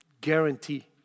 Guarantee